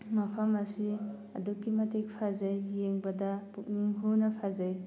ꯃꯐꯝ ꯑꯁꯤ ꯑꯗꯨꯛꯀꯤ ꯃꯇꯤꯛ ꯐꯖꯩ ꯌꯦꯡꯕꯗ ꯄꯨꯛꯅꯤꯡ ꯍꯧꯅ ꯐꯖꯩ